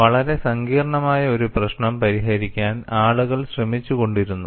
വളരെ സങ്കീർണ്ണമായ ഒരു പ്രശ്നം പരിഹരിക്കാൻ ആളുകൾ ശ്രമിച്ചുകൊണ്ടിരുന്നു